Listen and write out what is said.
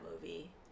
movie